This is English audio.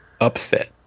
upset